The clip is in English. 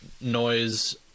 noise